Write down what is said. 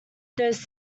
those